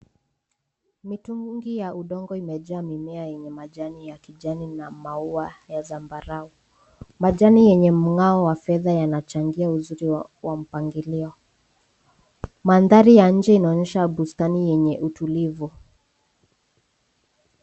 Mitungi ya udongo imejaa mimea yenye majani ya kijani na maua ya zambarau. Majani yenye mng'ao wa fedha yanachangia uzuri wa mpangilio. Mandhari ya nje inaonyesha bustani yenye utulivu.